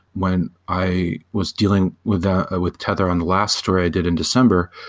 when i was dealing with ah with tether on the last story i did in december,